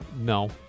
No